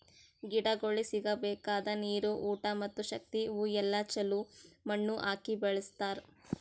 ಗಿಡಗೊಳಿಗ್ ಸಿಗಬೇಕಾದ ನೀರು, ಊಟ ಮತ್ತ ಶಕ್ತಿ ಇವು ಎಲ್ಲಾ ಛಲೋ ಮಣ್ಣು ಹಾಕಿ ಬೆಳಸ್ತಾರ್